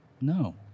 no